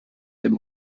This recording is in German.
dem